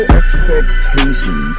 expectation